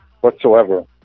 whatsoever